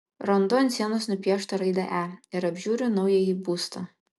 randu ant sienos nupieštą raidę e ir apžiūriu naująjį būstą